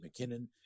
McKinnon